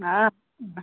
हा